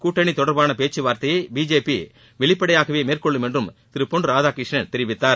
கூட்டணி தொடர்பான பேச்சுவார்த்தையை பிஜேபி வெளிப்படையாக மேற்கொள்ளும் என்றும் திரு பொன் ராதாகிருஷ்ணன் தெரிவித்தார்